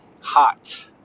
hot